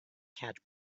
catch